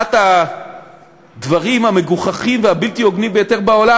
וזה אחד הדברים המגוחכים והבלתי-הוגנים ביותר בעולם,